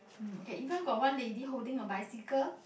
um K in front got one lady holding a bicycle